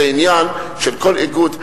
זה עניין של כל איגוד,